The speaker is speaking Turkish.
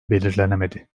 belirlenemedi